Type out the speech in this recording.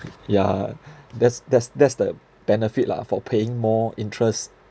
yeah that's that's that's the benefit lah for paying more interest